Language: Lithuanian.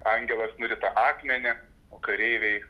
angelas nurita akmenį o kareiviai